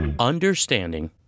Understanding